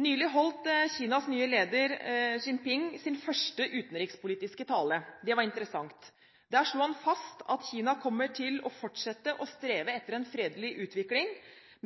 Nylig holdt Kinas nye leder, Jinping, sin første utenrikspolitiske tale. Det var interessant. Der slo han fast at Kina kommer til å fortsette å streve etter en fredelig utvikling,